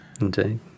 Indeed